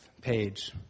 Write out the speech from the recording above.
page